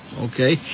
okay